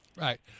Right